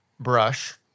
Brush